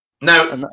Now